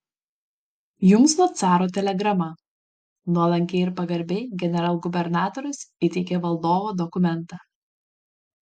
jums nuo caro telegrama nuolankiai ir pagarbiai generalgubernatorius įteikė valdovo dokumentą